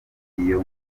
iyo